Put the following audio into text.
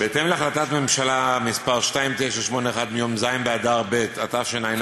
בהתאם להחלטת ממשלה מס' 2981 מיום ז' באדר ב' התשע"א,